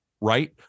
right